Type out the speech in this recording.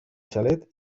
xalet